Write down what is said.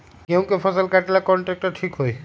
गेहूं के फसल कटेला कौन ट्रैक्टर ठीक होई?